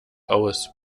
aus